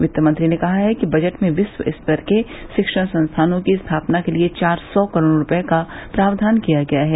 वित्तमंत्री ने कहा कि बजट में विश्व स्तर के शिक्षण संस्थानों की स्थापना के लिए चार सौ करोड़ रूपये का प्रावधान किया गया है